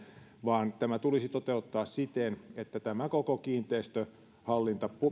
vaan tämä tulisi toteuttaa siten että tämä koko kiinteistöhallinta